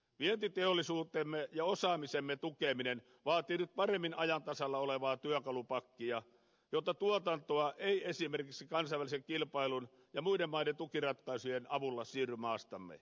vientiteollisuutemme ja osaamisemme tukeminen vaatii nyt paremmin ajan tasalla olevaa työkalupakkia jotta tuotantoa ei esimerkiksi kansainvälisen kilpailun ja muiden maiden tukiratkaisujen avulla siirry maastamme